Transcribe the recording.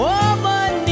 Woman